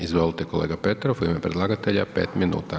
Izvolite kolega Petrov, u ime predlagatelja 5 minuta.